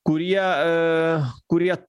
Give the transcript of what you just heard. kurie kurie